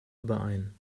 überein